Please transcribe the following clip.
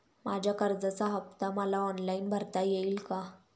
माझ्या कर्जाचा हफ्ता मला ऑनलाईन भरता येईल का?